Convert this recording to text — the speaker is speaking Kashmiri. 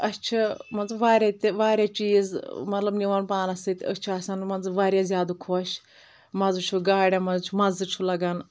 اَسہِ چھ مان ژٕ واریاہ تہِ واریاہ چیٖز مطلب نِوان پانس سۭتۍ اسۍ چھ آسان واریاہ زیادٕ خۄش مَزٕ چھُ گٲڑٮ۪ن منٛز چھُ مَزٕ چھُ لگان